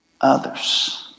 others